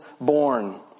born